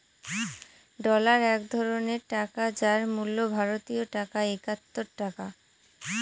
dollar এক ধরনের টাকা যার মূল্য ভারতীয় টাকায় একাত্তর টাকা